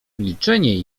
milczenie